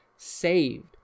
saved